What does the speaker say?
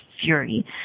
fury